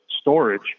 storage